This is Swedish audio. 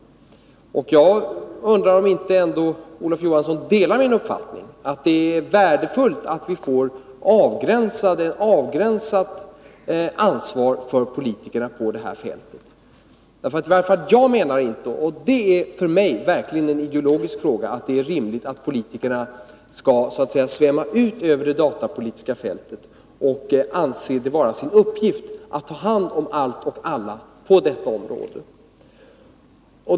Jag undrar om Olof Johansson ändå inte delar min uppfattning att det är värdefullt att vi får ett avgränsat ansvar för politikerna på detta fält. Jag anser i varje fall inte — och det är för mig en ideologisk fråga — att det är rimligt att politikerna skall så att säga svämma ut över det datapolitiska fältet och anse det vara sin uppgift att ta hand om allt och alla på detta område.